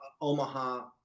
Omaha